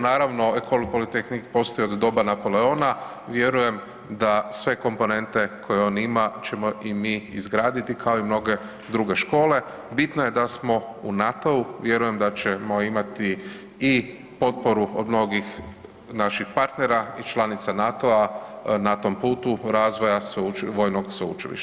Naravno Ecole polytechnique postoji od doba Napoleona, vjerujem da sve komponente koje on ima ćemo i mi izgraditi kao i mnoge druge škole, bitno je da smo u NATO-u vjerujem da ćemo imati i potporu od mnogih naših partnera i članica NATO-a na tom putu razvoja vojnog sveučilišta.